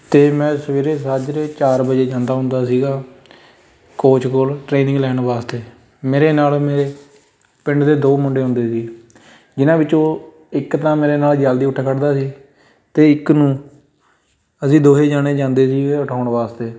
ਅਤੇ ਮੈਂ ਸਵੇਰੇ ਸਾਝਰੇ ਚਾਰ ਵਜੇ ਜਾਂਦਾ ਹੁੰਦਾ ਸੀਗਾ ਕੋਚ ਕੋਲ ਟ੍ਰੇਨਿੰਗ ਲੈਣ ਵਾਸਤੇ ਮੇਰੇ ਨਾਲ ਮੇਰੇ ਪਿੰਡ ਦੇ ਦੋ ਮੁੰਡੇ ਹੁੰਦੇ ਸੀ ਜਿਨ੍ਹਾਂ ਵਿੱਚੋਂ ਇੱਕ ਤਾਂ ਮੇਰੇ ਨਾਲ ਜਲਦੀ ਉੱਠ ਖੜ੍ਹਦਾ ਸੀ ਅਤੇ ਇੱਕ ਨੂੰ ਅਸੀਂ ਦੋਹੇਂ ਜਣੇ ਜਾਂਦੇ ਸੀ ਉਠਾਉਣ ਵਾਸਤੇ